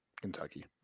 Kentucky